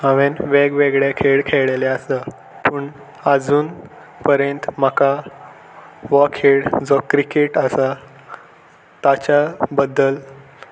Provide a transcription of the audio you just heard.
हांवें वेगवेगळे खेळ खेळ्ळेले आसा पूण आजून पर्यंत म्हाका हो खेळ जो क्रिकेट आसा ताच्या बद्दल